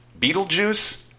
Beetlejuice